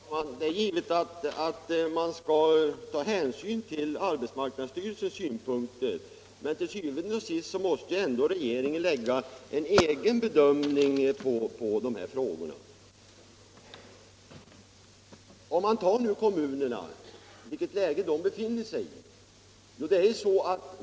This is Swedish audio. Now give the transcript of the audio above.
Herr talman! Det är givet att man skall ta hänsyn till arbetsmarknadsstyrelsens synpunkter, men til syvende og sidst måste ändå regeringen göra en egen bedömning av de här frågorna. Låt oss se på det läge i vilket kommunerna befinner sig!